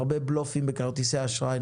הרבה בלופים בכרטיסי אשראי.